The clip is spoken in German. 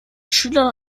schülern